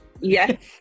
yes